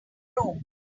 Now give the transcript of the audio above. broom